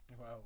Wow